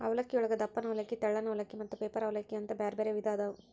ಅವಲಕ್ಕಿಯೊಳಗ ದಪ್ಪನ ಅವಲಕ್ಕಿ, ತೆಳ್ಳನ ಅವಲಕ್ಕಿ, ಮತ್ತ ಪೇಪರ್ ಅವಲಲಕ್ಕಿ ಅಂತ ಬ್ಯಾರ್ಬ್ಯಾರೇ ವಿಧ ಅದಾವು